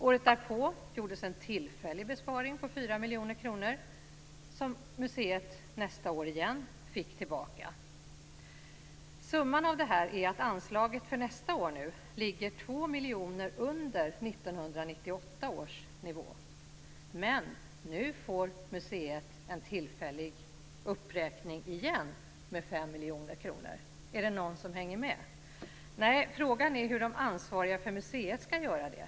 Året därpå gjordes en tillfällig besparing om 4 miljoner kronor, som museet nästa år igen fick tillbaka. Summan av det här är att anslaget för nästa år ligger 2 miljoner under 1998 års nivå. Men nu får museet en tillfällig uppräkning igen med Är det någon som hänger med? Nej, frågan är hur de ansvariga för museet ska göra det.